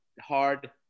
hard